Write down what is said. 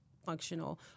functional